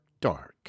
Dark